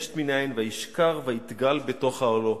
"וישת מן היין וישכר ויתגל בתוך אהלה".